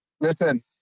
listen